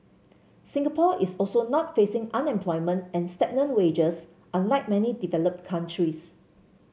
Singapore is also not facing unemployment and stagnant wages unlike many developed countries